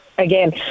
Again